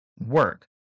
work